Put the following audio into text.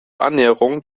annäherung